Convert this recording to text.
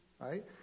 Right